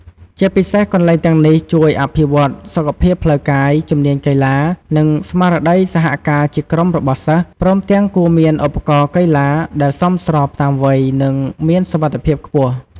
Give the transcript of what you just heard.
ជាពិសេសកន្លែងទាំងនេះជួយអភិវឌ្ឍសុខភាពផ្លូវកាយ ជំនាញកីឡា និងស្មារតីសហការជាក្រុមរបស់សិស្ស ព្រមទាំងគួរមានឧបករណ៍កីឡាដែលសមស្របតាមវ័យ និងមានសុវត្ថិភាពខ្ពស់។